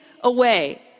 away